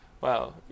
wow